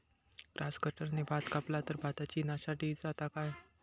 Grass कटराने भात कपला तर भाताची नाशादी जाता काय?